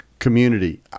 Community